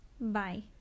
Bye